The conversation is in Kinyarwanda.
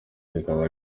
rikaba